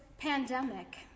pandemic